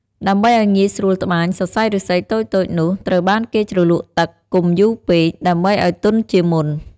ដើម្បីឲ្យងាយស្រួលត្បាញ សរសៃឫស្សីតូចៗនោះ ត្រូវបានគេជ្រលក់ទឹក កុំយូរពេក ដើម្បីឲ្យទន់ជាមុន។